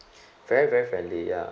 very very friendly ya